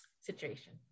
situation